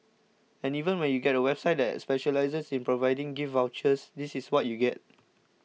and even when you get a website that specialises in providing gift vouchers this is what you get